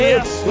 Yes